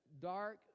dark